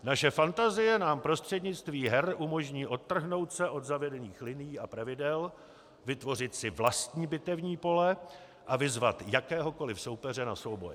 Naše fantazie nám prostřednictvím her umožní odtrhnout se od zavedených linií a pravidel, vytvořit si vlastní bitevní pole a vyzvat jakéhokoli soupeře na boj.